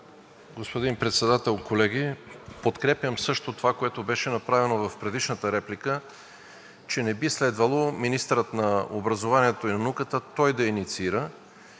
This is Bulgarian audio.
Господин Председател, колеги! Подкрепям също това, което беше направено в предишната реплика, че не би следвало министърът на образованието и науката той да инициира.